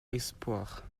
espoirs